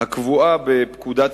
הקבועה בפקודת